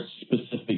specific